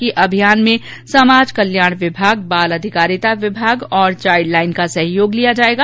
इन के अभियान में समाज कल्याण विभाग बाल अधिकारिता विभाग व चाइल्ड लाइन का सहयोग लिया जाएगा